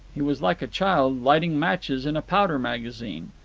he was like a child lighting matches in a powder-magazine.